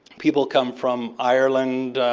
people come from ireland,